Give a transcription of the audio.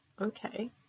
okay